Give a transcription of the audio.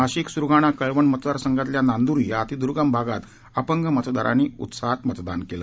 नाशिक स्रगाणा कळवण मतदारसंघातल्या नांदुरी या अतिद्र्गम गावात अपंग मतदारांनी उत्साहात मतदान केलं